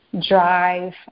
drive